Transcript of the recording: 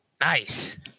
nice